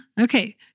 okay